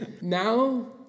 Now